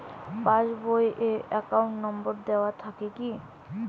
Pass বই এ account number দেওয়া থাকে কি?